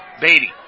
Beatty